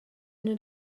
üna